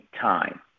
time